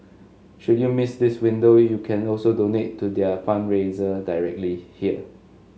should you miss this window you can also donate to their fundraiser directly here